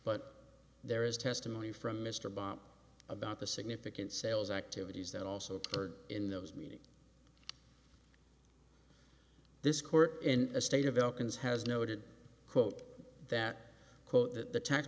but there is testimony from mr bott about the significant sales activities that also occurred in those meetings this court in a state of elkins has noted quote that quote th